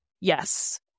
Yes